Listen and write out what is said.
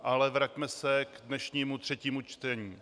Ale vraťme se k dnešnímu třetímu čtení.